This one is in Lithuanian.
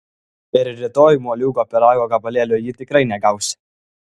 ir rytoj moliūgų pyrago gabalėlio ji tikrai negaus